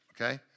okay